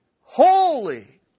holy